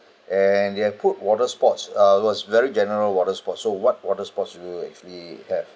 and you've put water sports uh was very general water sports so what water sports do you actually have